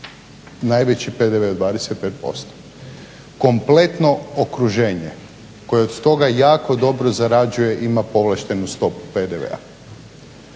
najveći PDV od 25%, kompletno okruženje koje od toga jako dobro zarađuje ima povlaštenu stopu PDV-a.